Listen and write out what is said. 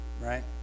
Right